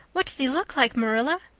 what did he look like marilla?